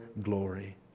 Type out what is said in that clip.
glory